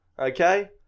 Okay